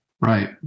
Right